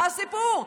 מה הסיפור?